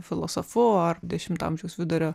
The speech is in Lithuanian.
filosofu ar dešimto amžiaus vidurio